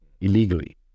illegally